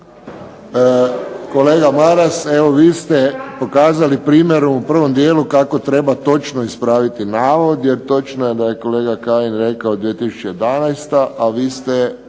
Kolega Maras, evo vi ste pokazali primjer u prvom dijelu kako treba točno ispraviti navod, jer točno je da je kolega Kajin rekao 2011., a vi ste